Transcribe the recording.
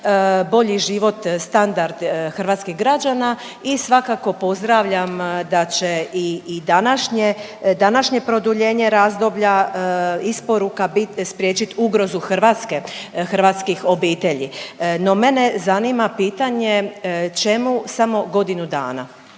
bolji život, standard hrvatskih građana i svakako pozdravljam da će i današnje produljenje razdoblja isporuka bit spriječit ugrozu Hrvatske, hrvatskih obitelji. No, mene zanima pitanje čemu samo godinu dana?